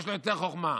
יש לו יותר חוכמה.